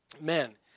men